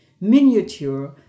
miniature